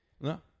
No